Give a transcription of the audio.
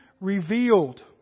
revealed